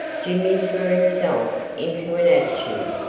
jimmy threw himself into an attitude,